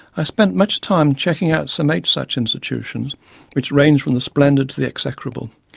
i spent much time checking out some eight such institutions which ranged from the splendid to the execrable.